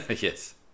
yes